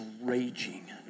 raging